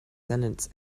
sentence